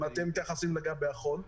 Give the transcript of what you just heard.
אם אתם מתייחסים לחול,